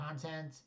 content